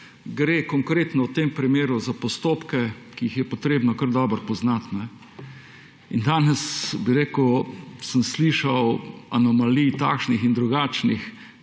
gre konkretno v tem primeru za postopke, ki jih je treba kar dobro poznati. Danes sem slišal anomalij takšnih in drugačnih,